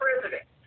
president